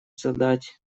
задать